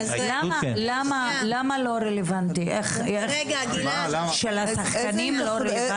למה נציג שחקנים לא רלוונטי?